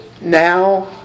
Now